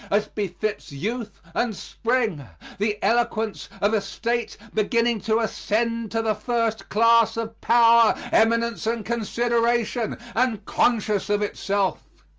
as befits youth and spring the eloquence of a state beginning to ascend to the first class of power, eminence, and consideration, and conscious of itself.